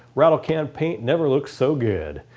rattle can paint never looked so good!